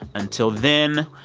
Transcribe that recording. until then,